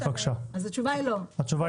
אולי בפעם השישית שתשאלי התשובה תשתנה.